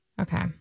okay